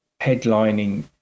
headlining